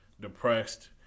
depressed